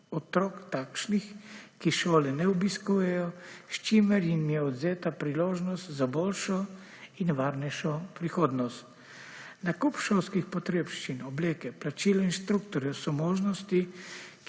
otrok takšnih, ki šole ne obiskujejo s čimer jim je odvzeta priložnost za boljšo in varnejšo prihodnost. Nakup šolskih potrebščin, obleke, plačilo inštruktorjev so možnosti,